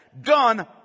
done